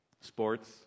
sports